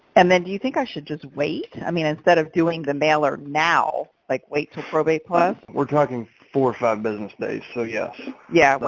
and then do you think i should just wait i mean, instead of doing the mailer now, like wait to probate plus, we're talking four business days, so yes, yeah. wait,